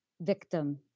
victim